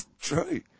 True